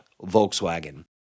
Volkswagen